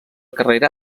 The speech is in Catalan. carrera